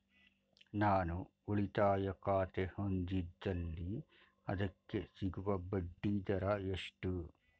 ನಾನು ಉಳಿತಾಯ ಖಾತೆ ಹೊಂದಿದ್ದಲ್ಲಿ ಅದಕ್ಕೆ ಸಿಗುವ ಬಡ್ಡಿ ದರ ಎಷ್ಟು?